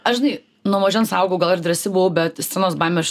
aš žinai nuo mažens augau ir drąsi buvau bet scenos baimę aš